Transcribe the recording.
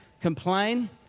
complain